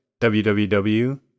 www